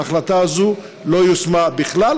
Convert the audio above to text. ההחלטה הזאת לא יושמה בכלל,